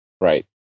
Right